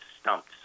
stumped